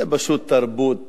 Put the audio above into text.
זו פשוט תרבות